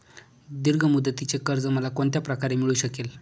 दीर्घ मुदतीचे कर्ज मला कोणत्या प्रकारे मिळू शकेल?